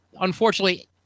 unfortunately